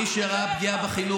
מי פגע בו?